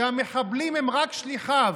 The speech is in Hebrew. שהמחבלים הם רק שליחיו.